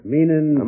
Meaning